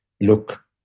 look